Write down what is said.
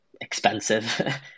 expensive